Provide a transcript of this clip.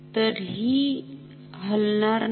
तर हि हलणार नाही